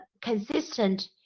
consistent